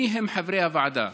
מי הם חברי הוועדה?